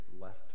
left